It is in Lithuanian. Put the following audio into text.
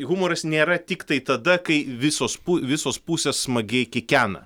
humoras nėra tiktai tada kai visos pu visos pusės smagiai kikena